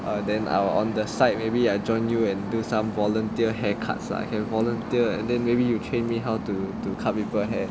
and then I will on the side maybe I join you and do some volunteer hair cuts lah can volunteer then maybe you train me how to to cut people here